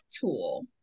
tool